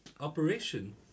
operation